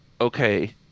okay